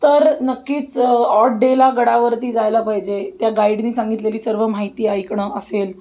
तर नक्कीच ऑड डेला गडावरती जायला पाहिजे त्या गाईडनी सांगितलेली सर्व माहिती ऐकणं असेल